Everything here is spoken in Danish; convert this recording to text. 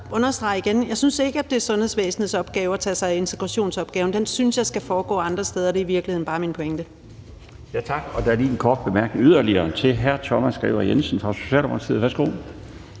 Jeg synes ikke, at det er sundhedsvæsenets opgave at tage sig af integrationsopgaven. Den synes jeg skal foregå andre steder. Det er i virkeligheden bare min pointe. Kl. 13:48 Den fg. formand (Bjarne Laustsen): Tak. Der er lige en yderligere kort bemærkning til hr. Thomas Skriver Jensen fra Socialdemokratiet. Værsgo.